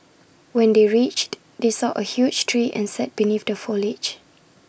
when they reached they saw A huge tree and sat beneath the foliage